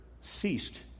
ceased